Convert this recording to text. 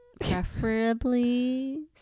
preferably